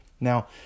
Now